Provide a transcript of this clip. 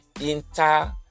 Inter